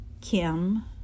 Kim